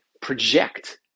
project